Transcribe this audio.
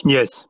Yes